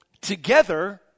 together